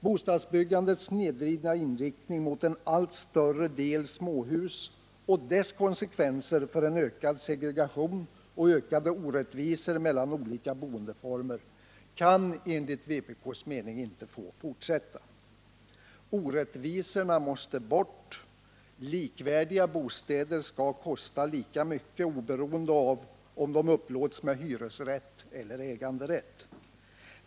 Bostadsbyggandets snedvridna inriktning mot en allt större del småhus och dess konsekvenser för en ökad segregation och ökade orättvisor mellan olika boendeformer kan enligt vpk:s mening inte få fortsätta. Orättvisorna måste bort, likvärdiga bostäder skall kosta lika mycket oberoende av om de upplåts med hyresrätt eller äganderätt.